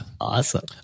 awesome